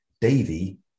Davy